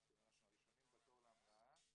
אנחנו הראשונים בתור להמראה,